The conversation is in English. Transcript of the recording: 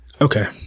Okay